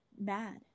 mad